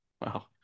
Wow